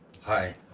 Hi